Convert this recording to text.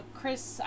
Chris